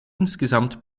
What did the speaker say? insgesamt